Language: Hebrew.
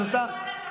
את רוצה?